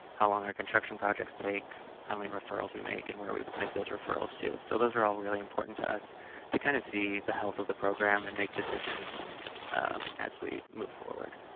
how long our construction projects take, how many referrals we make, and where we make those referrals to. so, those are all really important to us to kind of see the health of the program and make decisions as we move forward.